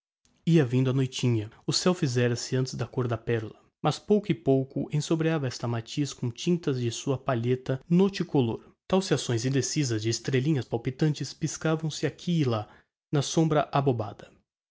ia vindo a noitinha o ceu fizera-se antes da côr da perola mas a pouco e pouco ensombrava este matiz com as tintas da sua palheta nocticolor tauxiações indecisas de estrellinhas palpitantes picavam se aqui e ali na sombria abobada